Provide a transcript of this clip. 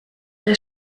der